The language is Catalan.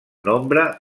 nombre